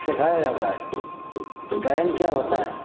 सिखाया जाता है गायन क्या होता है